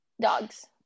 Dogs